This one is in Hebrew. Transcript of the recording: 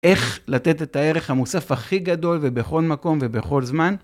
איך לתת את הערך המוסף הכי גדול ובכל מקום ובכל זמן?